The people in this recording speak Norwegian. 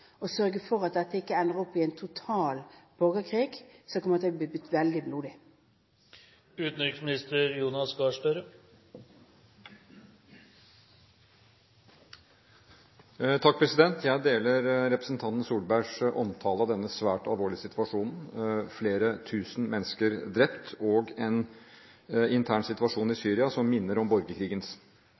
sørge for at dette ikke ender opp i en total borgerkrig som kan komme til å bli veldig blodig? Jeg deler representanten Solbergs omtale av denne svært alvorlige situasjonen: Flere tusen mennesker drept og en intern situasjon i Syria som minner om borgerkrigens.